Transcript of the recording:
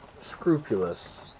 Scrupulous